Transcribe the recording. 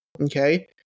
Okay